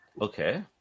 Okay